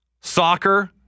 soccer